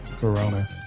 Corona